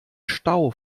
stau